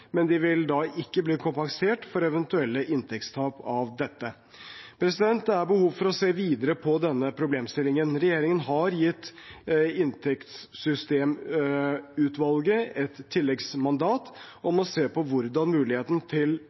men de vil da ikke bli kompensert for eventuelle inntektstap av dette. Det er behov for å se videre på denne problemstillingen. Regjeringen har gitt inntektssystemutvalget et tilleggsmandat om å se på hvordan muligheten til